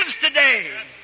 today